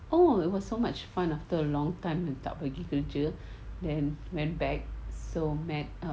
oh it was so much fun after a long time I tak pergi kerja then went back so met um